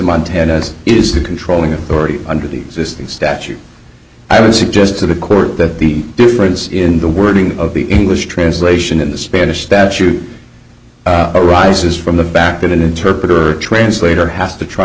montanas is the controlling authority under the existing statute i would suggest to the court that the difference in the wording of the english translation in the spanish statute arises from the back of an interpreter or translator has to try